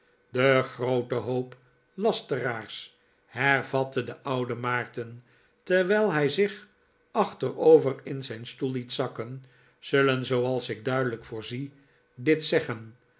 de groote hoop lasteraars hervatte de oude maarten terwijl hij zich achterover in zijn stoel liet zikken zullen zooals ik duidelijk vorzie dit zeggen